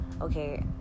Okay